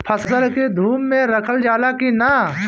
फसल के धुप मे रखल जाला कि न?